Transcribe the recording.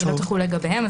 לא תחול לגביהם.